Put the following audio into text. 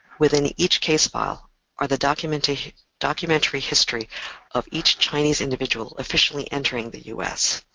within each case file are the documentary documentary history of each chinese individual officially entering the us.